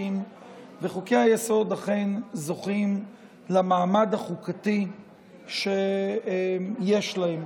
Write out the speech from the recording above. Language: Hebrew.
תכופים וחוקי-היסוד אכן זוכים למעמד החוקתי שיש להם.